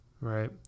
Right